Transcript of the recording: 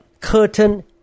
curtain